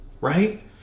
Right